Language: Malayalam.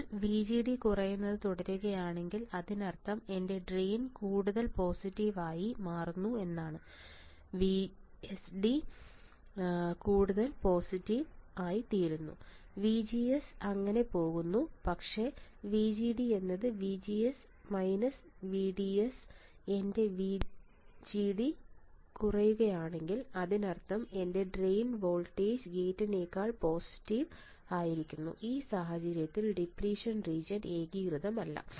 ഇപ്പോൾ VGD കുറയുന്നത് തുടരുകയാണെങ്കിൽ അതിനർത്ഥം എന്റെ ഡ്രെയിൻ കൂടുതൽ പോസിറ്റീവ് ആയി മാറുന്നു VSD കൂടുതൽ പോസിറ്റീവ് ആയിത്തീരുന്നു VGS അങ്ങനെ പോകുന്നു പക്ഷേ VGD VGS VDS എന്റെ VGD കുറയുകയാണെങ്കിൽ അതിനർത്ഥം എന്റെ ഡ്രെയിൻ വോൾട്ടേജ് ഗേറ്റിനേക്കാൾ പോസിറ്റീവ് ആയിത്തീരുന്നു ഈ സാഹചര്യത്തിൽ ഡിപ്ലിഷൻ റീജിയൻ ഏകീകൃതമല്ല